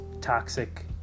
toxic